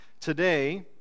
Today